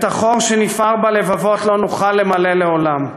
את החור שנפער בלבבות לא נוכל למלא לעולם.